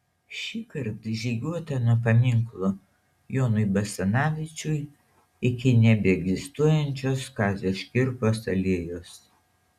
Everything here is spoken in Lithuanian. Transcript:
šįkart žygiuota nuo paminklo jonui basanavičiui iki nebeegzistuojančios kazio škirpos alėjos